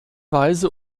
weise